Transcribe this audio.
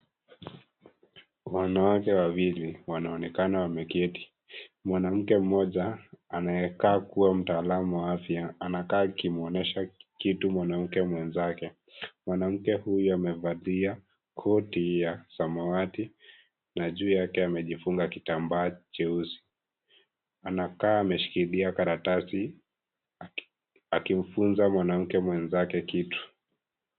Wanawake wawili wanaonekana wameketi, mwanamke mmoja anayekaa kuwa mtaalamu wa afya anakaa akimwonyesha kitu mwanamke mwenzake, mwanamke huyu amevalia koti ya samawati na juu yake amejifunga kitambaa cheusi, anakaa ameshikilia karatasi akimfunza mwanamke mwenzake kitu.